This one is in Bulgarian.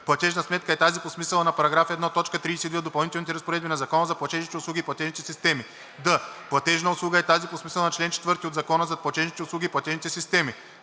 „платежна сметка“ е тази по смисъла на § 1, т. 32 от допълнителните разпоредби на Закона за платежните услуги и платежните системи; д) „платежна услуга“ е тази по смисъла на чл. 4 от Закона за платежните услуги и платежните системи;